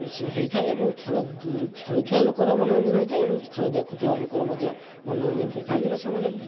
ହେଇଥାଏ ଏବଂ ଖେଳ ଖେଳୁଥିବା ଲୋକର ମନୋରଞ୍ଜନ ହେଇଥାଏ ଏବଂ ଖେଳ ଦେଖୁଥିବା ଲୋକର ମଧ୍ୟ ମନୋରଞ୍ଜନ ହେଇଥାଏ କାହିଁକିନା ସେମାନେ ବି